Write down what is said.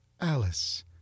Alice